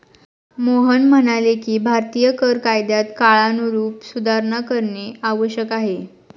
मोहन म्हणाले की भारतीय कर कायद्यात काळानुरूप सुधारणा करणे आवश्यक आहे